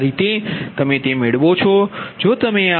આ રીતે તમે તે મેળવો છો જે તમે આ IC2 39